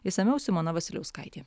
išsamiau simona vasiliauskaitė